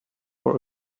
for